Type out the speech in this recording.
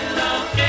love